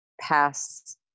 pass